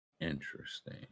Interesting